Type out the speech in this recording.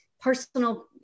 personal